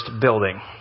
building